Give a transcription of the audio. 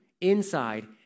inside